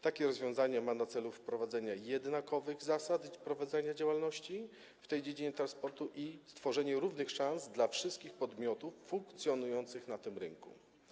Takie rozwiązanie ma na celu wprowadzenie jednakowych zasad prowadzenia działalności w tej dziedzinie transportu i stworzenie równych szans dla wszystkich podmiotów funkcjonujących na tym rynku.